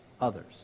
others